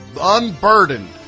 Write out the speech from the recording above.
unburdened